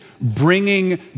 bringing